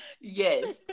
yes